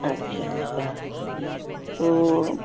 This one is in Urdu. اچھا اچھا تو